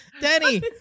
Danny